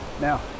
Now